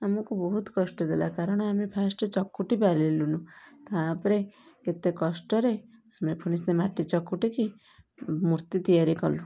ଆମୁକୁ ବହୁତ କଷ୍ଟ ଦେଲା କାରଣ ଆମେ ଫାଷ୍ଟ ଚକଟି ପାରିଲୁନୁ ତା'ପରେ କେତେ କଷ୍ଟରେ ଆମେ ପୁଣି ସେ ମାଟି ଚକଟିକି ମୂର୍ତ୍ତି ତିଆରି କଲୁ